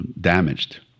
damaged